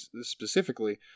specifically